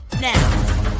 now